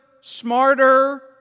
smarter